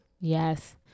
Yes